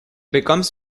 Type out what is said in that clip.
becomes